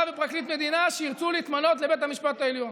ולפרקליט מדינה שירצו להתמנות לבית המשפט העליון.